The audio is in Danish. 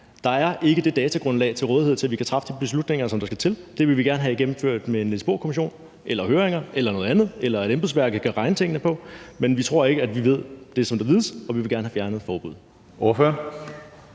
Der er ikke det datagrundlag til rådighed, der skal til, for at vi kan træffe de beslutninger, der skal til. Det vil vi gerne have gennemført ved en Niels Bohr-kommission, høringer eller noget andet eller ved et embedsværk, der kan regne tingene igennem. Men vi tror ikke, at vi ved det, der vides, og vi vil gerne have fjernet forbuddet.